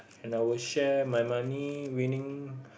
and I will share my money winning